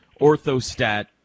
Orthostat